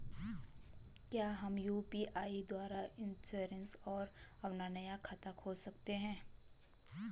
क्या हम यु.पी.आई द्वारा इन्श्योरेंस और अपना नया खाता खोल सकते हैं?